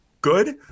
good